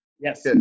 yes